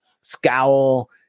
scowl